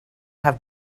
have